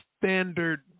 standard